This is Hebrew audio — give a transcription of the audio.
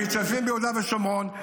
המתיישבים ביהודה ושומרון,